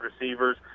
receivers